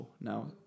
Now